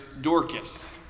Dorcas